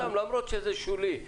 למרות שזה שולי,